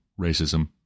racism